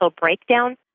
breakdown